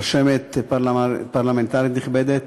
רשמת פרלמנטרית נכבדת,